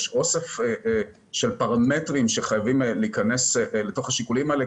יש אוסף של פרמטרים שחייבים להיכנס לתוך השיקולים האלה,